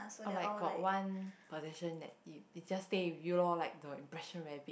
or like got one position that you it just stay with you loh like the impression very big